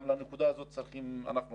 גם לנקודה הזאת אנחנו צריכים להתייחס.